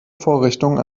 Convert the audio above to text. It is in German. vorrichtung